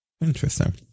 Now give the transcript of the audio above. Interesting